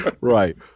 Right